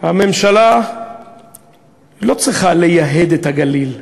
הממשלה לא צריכה לייהד את הגליל.